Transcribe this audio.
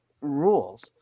rules